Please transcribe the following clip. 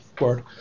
word